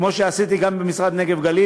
כמו שעשיתי גם במשרד לפיתוח הנגב והגליל